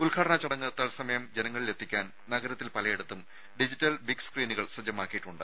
ഉദ്ഘാടന ചടങ്ങ് തൽസമയം ജനങ്ങളിലെത്തിക്കാൻ നഗരത്തിൽ പലയിടത്തും ഡിജിറ്റൽ ബിഗ് സ്ക്രീനുകൾ സജ്ജമാക്കിയിട്ടുണ്ട്